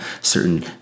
certain